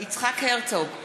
יצחק הרצוג,